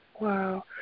Wow